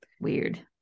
weird